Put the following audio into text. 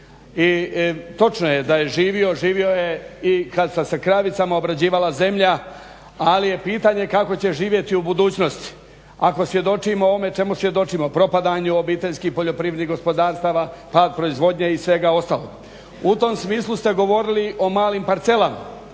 I točno je da je živio, živio je i kad se sa kravicama obrađivala zemlja. Ali je pitanje kako će živjeti u budućnosti ako svjedočimo ovome čemu svjedočimo propadanju obiteljskih poljoprivrednih gospodarstava, pad proizvodnje i svega ostalog. U tom smislu ste govorili o malim parcelama.